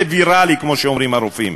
זה ויראלי, כמו שאומרים הרופאים.